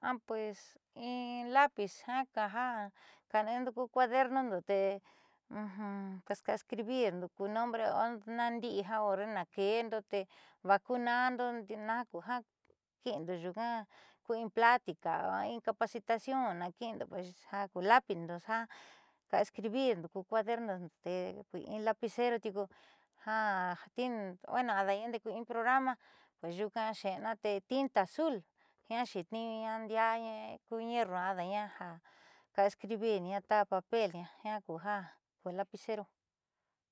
Pues in lápiz jaka ja kaane'endo ku cuadernondo tee ka escribindo ku nombre anaandi'i ja hore 'endo tee vaa kuuna'ando nakoja ki'indo nyuuka kuee in plática a in capacitación naakiindo jaku lapindo ja ka escribirndo ku cuadernondo tee in lapicero tiuku ja bueno ada'aña nde'eku in programa pues nyuuka xe'ena tee tinta azul jiaa xeetniiñuña ndiaaña ku ñerru ada'aña ka escribirña ta papelña jiaa kuja pues lapicero.